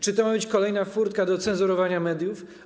Czy to ma być kolejna furtka do cenzurowania mediów?